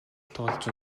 туулж